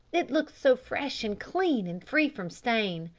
it looked so fresh and clean and free from stain.